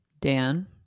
Dan